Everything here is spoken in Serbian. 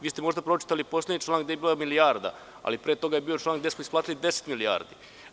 Vi ste možda pročitali poslednji član gde je bila milijarda, ali pre toga je bio član gde smo isplatili 10 milijardi.